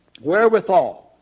Wherewithal